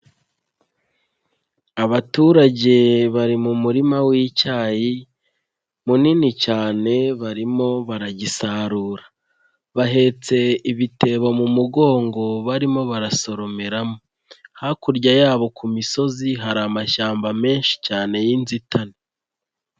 Abaturage bari mu murima w'icyayi munini cyane barimo baragisarura, bahetse ibitebo mu mugongo barimo barasoromeramo, hakurya yabo ku misozi hari amashyamba menshi cyane y'inzitane.